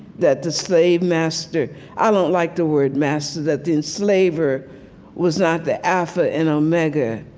that the slave master i don't like the word master that the enslaver was not the alpha and omega